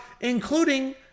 including